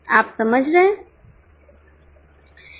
आप समझ रहे हैं